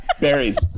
Berries